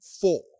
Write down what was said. four